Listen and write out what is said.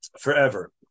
forever